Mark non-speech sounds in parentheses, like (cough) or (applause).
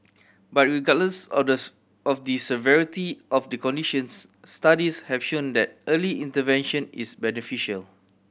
but regardless of the (unintelligible) of the severity of the conditions studies have shown that early intervention is beneficial